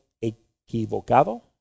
equivocado